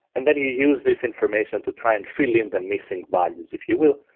and then you use this information to try and fill in the mixing values, if you will,